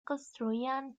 construían